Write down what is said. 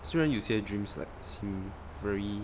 虽然有些 dreams like seem very